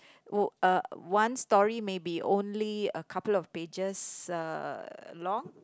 oh uh one story may be only a couple of pages uh long